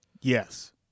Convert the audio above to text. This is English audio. Yes